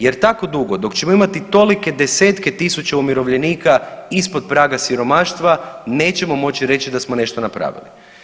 Jer tako dugo dok ćemo imati tolike desetke tisuća umirovljenika ispod praga siromaštva nećemo moći reći da smo nešto napravili.